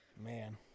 Man